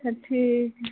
अच्छा ठीक है